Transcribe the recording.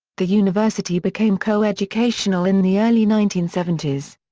the university became co-educational in the early nineteen seventy s.